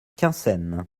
quinssaines